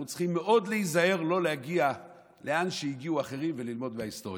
אנחנו צריכים מאוד להיזהר לא להגיע לאן שהגיעו אחרים וללמוד מההיסטוריה.